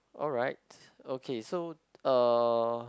alright okay so uh